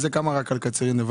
רק בקצרין?